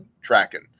tracking